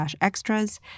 extras